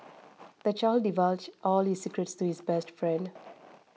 the child divulged all his secrets to his best friend